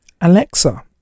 Alexa